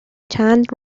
چند